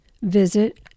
visit